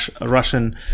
Russian